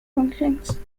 functions